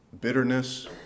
Bitterness